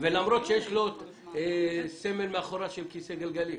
למרות שיש לו סמל מאחור של כיסא גלגלים.